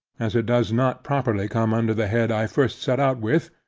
as it does not properly come under the head i first set out with,